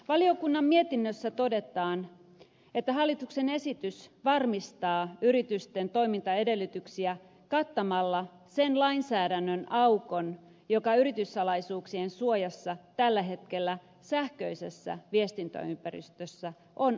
valiokunnan mietinnössä todetaan että hallituksen esitys varmistaa yritysten toimintaedellytyksiä kattamalla sen lainsäädännön aukon joka yrityssalaisuuksien suojassa tällä hetkellä sähköisessä viestintäympäristössä on auki